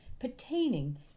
pertaining